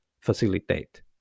facilitate